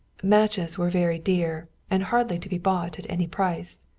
matches were very dear, and hardly to be bought at any price.